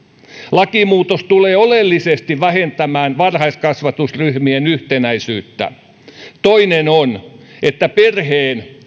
lakimuutos tulisi oleellisesti vähentämään varhaiskasvatusryhmien yhtenäisyyttä toinen on että perheen